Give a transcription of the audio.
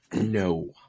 no